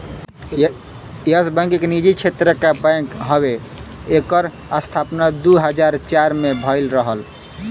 yes bank एक निजी क्षेत्र क बैंक हउवे एकर स्थापना दू हज़ार चार में भयल रहल